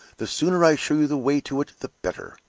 the sooner i show you the way to it the better.